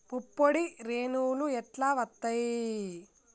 పుప్పొడి రేణువులు ఎట్లా వత్తయ్?